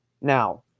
Now